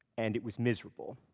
and it was miserable.